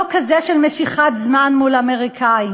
לא כזה של משיכת זמן מול האמריקנים.